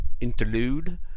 interlude